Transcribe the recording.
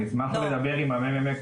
אני אשמח לדבר עם הממ"מ,